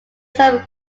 some